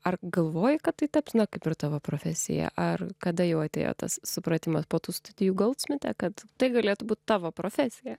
ar galvoji kad tai taps na kaip ir tavo profesija ar kada jau atėjo tas supratimas po tų studijų goldsmite kad tai galėtų būt tavo profesija